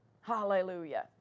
Hallelujah